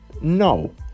No